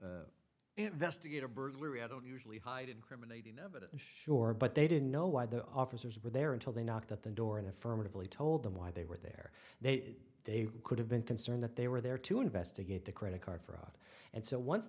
to investigate a burglary i don't usually hide incriminating evidence sure but they didn't know why the officers were there until they knocked at the door and affirmatively told them why they were there they they could have been concerned that they were there to investigate the credit card fraud and so once